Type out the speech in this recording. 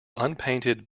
unpainted